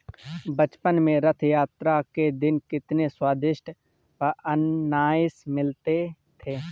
बचपन में रथ यात्रा के दिन कितने स्वदिष्ट अनन्नास मिलते थे